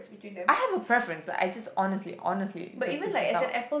I have a preference I just honestly honestly just prefer Starbucks